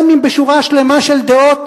גם אם בשורה שלמה של דעות,